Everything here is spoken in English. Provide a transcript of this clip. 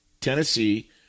Tennessee